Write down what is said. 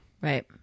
Right